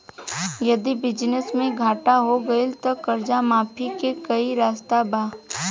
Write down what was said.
यदि बिजनेस मे घाटा हो गएल त कर्जा माफी के कोई रास्ता बा?